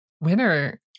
winner